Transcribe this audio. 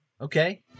Okay